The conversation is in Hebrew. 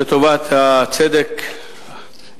לטובת הצדק,